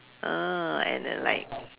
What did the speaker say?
uh I don't like